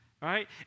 right